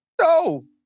No